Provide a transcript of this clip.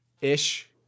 ish